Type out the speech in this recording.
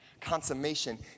Consummation